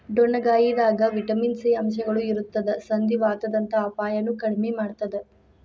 ಡೊಣ್ಣಗಾಯಿದಾಗ vitamin C ಅಂಶಗಳು ಇರತ್ತದ ಸಂಧಿವಾತದಂತ ಅಪಾಯನು ಕಡಿಮಿ ಮಾಡತ್ತದ